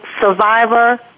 Survivor